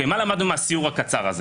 מה למדנו מהסיור הקצר הזה